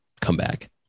comeback